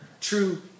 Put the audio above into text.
true